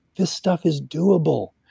this stuff is doable,